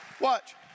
Watch